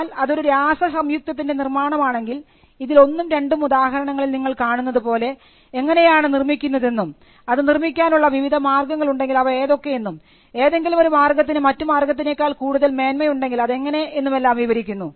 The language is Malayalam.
എന്നാൽ അതൊരു രാസസംയുക്തത്തിൻറെ നിർമ്മാണം ആണെങ്കിൽ ഇതിൽ ഒന്നും രണ്ടും ഉദാഹരണങ്ങളിൽ നിങ്ങൾ കാണുന്നതുപോലെ എങ്ങനെയാണ് നിർമിക്കുന്നതെന്നും അത് നിർമ്മിക്കാൻ ഉള്ള വിവിധ മാർഗങ്ങൾ ഉണ്ടെങ്കിൽ അവ ഏതൊക്കെ എന്നും ഏതെങ്കിലും ഒരു മാർഗത്തിന് മറ്റു മാർഗത്തിനേകാൾ കൂടുതൽ മേന്മ ഉണ്ടെങ്കിൽ അതെങ്ങിനെ എന്നുമെല്ലാം വിവരിക്കുന്നു